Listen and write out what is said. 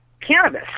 cannabis